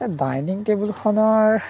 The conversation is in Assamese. এই ডাইনিং টেবুলখনৰ